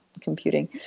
computing